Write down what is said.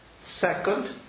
Second